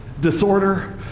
disorder